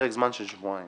פרק זמן של שבועיים.